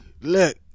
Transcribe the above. look